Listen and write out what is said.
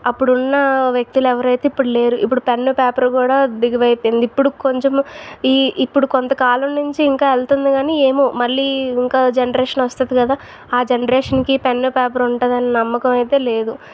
అప్పుడు ఉన్నా వ్యక్తులు ఎవరైతే ఇప్పుడు లేరు ఇప్పుడు పెన్ను పేపర్ కూడా బిగువు అయిపోయింది ఇప్పుడు కొంచం ఈ ఇప్పుడు కొంతకాలం నుంచి ఇంకా వెళ్తుంది కానీ ఏమో మళ్ళీ ఇంకా ఇంకో జనరేషన్ వస్తుంది కదా ఆ జనరేషన్కి పెన్ను పేపర్ ఉంటుంది అని నమ్మకం అయితే లేదు